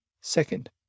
Second